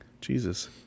Jesus